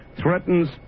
threatens